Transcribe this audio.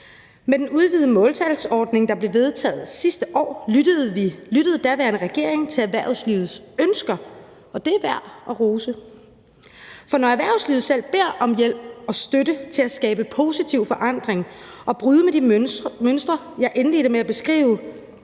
Med den udvidede måltalsordning, der blev vedtaget sidste år, lyttede den daværende regering til erhvervslivets ønsker, og det er værd at rose. For når erhvervslivet selv beder om hjælp og støtte til at skabe positiv forandring og bryde med de mønstre, jeg indledte med at beskrive,